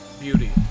beauty